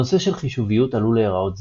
הנושא של חישוביות עלול להיראות זר,